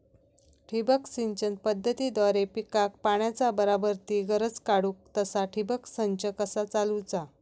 ठिबक सिंचन पद्धतीद्वारे पिकाक पाण्याचा बराबर ती गरज काडूक तसा ठिबक संच कसा चालवुचा?